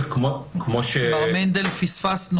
אבל כמו שכולנו היום אזרחי המדינה מבינים,